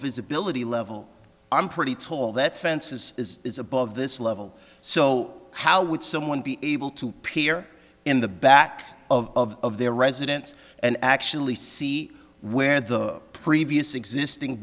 visibility level i'm pretty tall that fences is above this level so how would someone be able to peer in the back of their residence and actually see where the previous existing